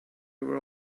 were